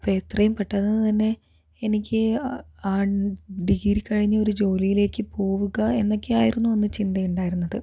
അപ്പം എത്രയും പെട്ടന്ന് തന്നെ എനിക്ക് ആ ഡ് ഡിഗ്രി കഴിഞ്ഞൊരു ജോലിലേക്ക് പോവുക എന്നൊക്കെയായിരുന്നു അന്ന് ചിന്ത ഇണ്ടായിരുന്നത്